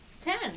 Ten